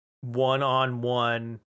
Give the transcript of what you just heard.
one-on-one